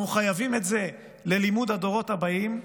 אנחנו חייבים את זה ללימוד הדורות הבאים,